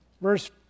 Verse